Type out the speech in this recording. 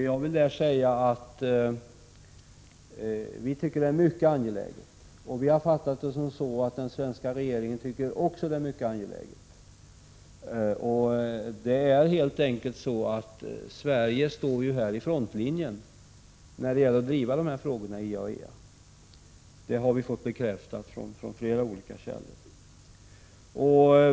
Jag vill då säga att vi tycker att det är mycket angeläget att driva dessa frågor internationellt, och vi har fattat saken så att den svenska regeringen också tycker att det är mycket angeläget. Sverige står ju i frontlinjen när det gäller att driva dessa frågor i IAEA. Det har vi fått bekräftat från flera olika källor.